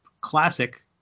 classic